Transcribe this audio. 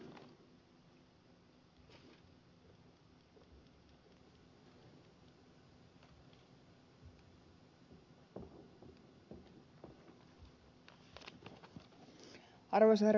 arvoisa herra puhemies